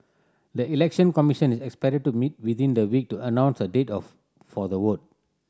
the Election Commission is expected to meet within the week to announce a date of for the vote